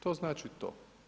To znači to.